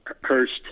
Hurst